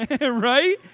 Right